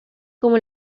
como